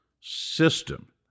system